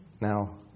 Now